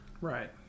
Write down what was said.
right